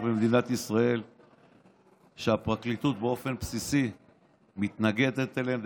במדינת ישראל והפרקליטות באופן בסיסי מתנגדת להם.